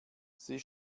sie